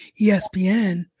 ESPN